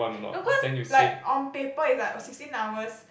no cause like on paper it's like oh sixteen hours